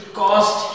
cost